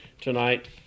tonight